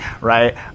right